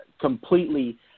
completely